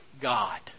God